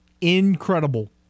incredible